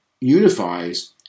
unifies